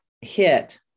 hit